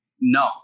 no